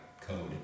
code